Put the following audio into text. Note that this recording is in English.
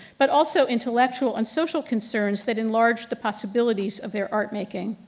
but also intellectual and social concerns that enlarge the possibilities of their art making.